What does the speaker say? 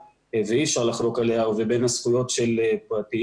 ואי אפשר לחלוק עליה הרבה לבין הזכויות של פרטיים.